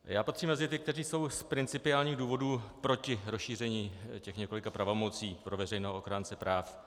Já patřím mezi ty, kteří jsou z principiálních důvodů proti rozšíření těch několika pravomocí pro veřejného ochránce práv.